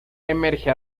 emerge